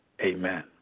Amen